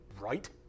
Right